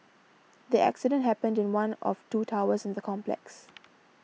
the accident happened in one of two towers in the complex